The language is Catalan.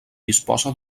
disposa